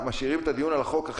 הפרי